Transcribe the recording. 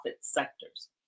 sectors